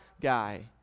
guy